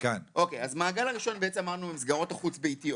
המעגל הראשון הוא המסגרות החוץ ביתיות.